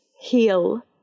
heal